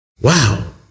Wow